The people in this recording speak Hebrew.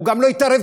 הוא גם לא יתערב,